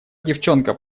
девчонка